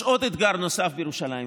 יש אתגר נוסף בירושלים,